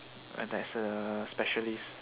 my dad's a specialist